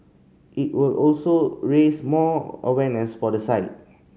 it will also raise more awareness for the site